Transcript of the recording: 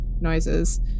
noises